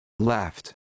Left